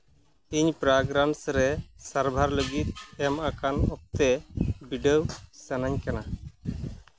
ᱤᱧ ᱯᱨᱟᱜᱨᱟᱱᱥᱮᱥ ᱨᱮ ᱥᱟᱨᱵᱷᱟᱨ ᱞᱟᱹᱜᱤᱫ ᱮᱢ ᱟᱠᱟᱱ ᱚᱠᱛᱮ ᱵᱤᱰᱟᱹᱣ ᱥᱟᱱᱟᱹᱧ ᱠᱟᱱᱟ